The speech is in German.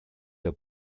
der